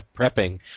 prepping